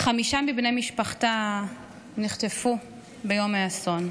חמישה מבני משפחתה נחטפו ביום האסון,